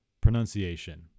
pronunciation